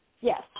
Yes